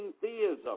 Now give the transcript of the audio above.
theism